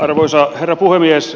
arvoisa herra puhemies